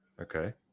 Okay